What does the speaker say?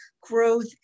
growth